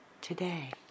today